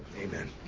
Amen